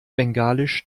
bengalisch